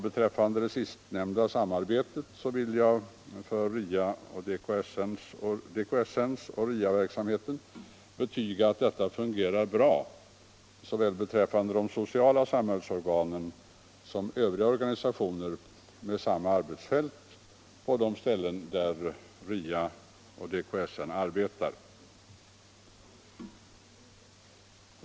Beträffande samarbetet vill jag för DKSN och RIA-verksamheten betyga att detta fungerar bra i fråga om såväl de sociala samhällsorganen som Övriga organisationer med samma arbetsfält på de ställen där RIA och DKSN arbetar.